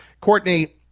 Courtney